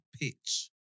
pitch